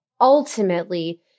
ultimately